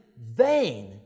vain